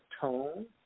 tone